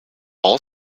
all